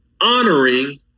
honoring